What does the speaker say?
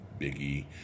biggie